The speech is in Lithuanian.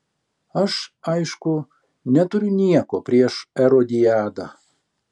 aš aišku neturiu nieko prieš erodiadą